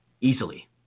easily